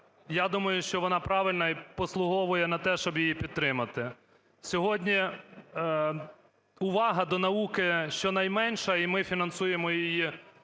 я думаю, що вона правильна і послуговує на те, щоб її підтримати. Сьогодні увага до науки щонайменша і ми фінансуємо її